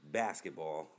basketball